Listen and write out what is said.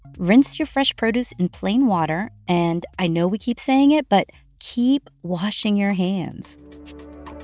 rinse your fresh produce in plain water. and i know we keep saying it, but keep washing your hands